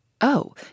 Oh